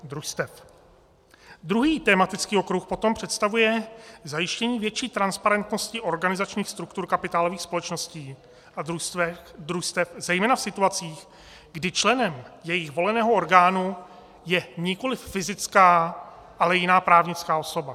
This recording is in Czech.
Druhý tematický okruh potom představuje zajištění větší transparentnosti organizačních struktur kapitálových společností a družstev, zejména v situacích, kdy členem jejich voleného orgánu je nikoliv fyzická, ale jiná právnická osoba.